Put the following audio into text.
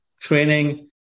training